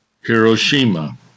Hiroshima